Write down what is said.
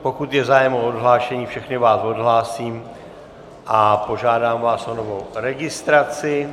Pokud je zájem o odhlášení, všechny vás odhlásím a požádám vás o novou registraci.